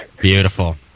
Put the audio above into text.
Beautiful